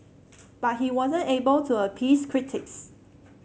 but he wasn't able to appease critics